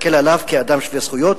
להסתכל עליו כאדם שווה זכויות.